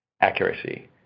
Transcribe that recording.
accuracy